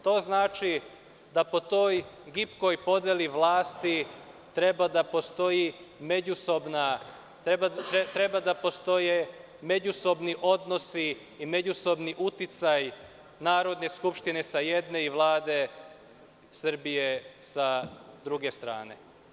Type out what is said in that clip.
To znači, da po toj gipkoj podeli vlasti treba da postoje međusobni odnosi i međusobni uticaj Narodne skupštine sa jedne i Vlade Srbije, sa druge strane.